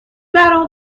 برام